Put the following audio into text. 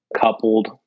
coupled